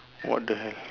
what the hell